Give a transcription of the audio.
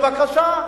בבקשה,